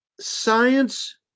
Science